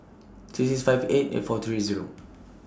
six six five eight eight four three Zero